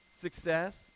success